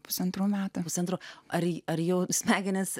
pusantrų metų pusantro ar ar jau smegenis